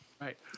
Right